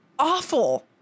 awful